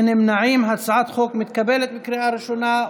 להעביר את הצעת חוק הרשויות המקומיות (בחירות)